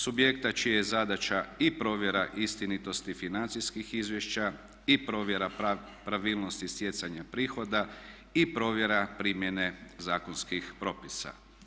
Subjekta čija je zadaća i provjera istinitosti financijskih izvješća i provjera pravilnosti stjecanja prihoda i provjera primjene zakonskih propisa.